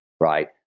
right